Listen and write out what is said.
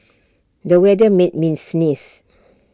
the weather made me sneeze